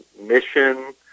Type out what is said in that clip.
mission